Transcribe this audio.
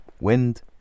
wind